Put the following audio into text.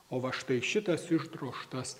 o va štai šitas išdrožtas